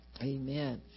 Amen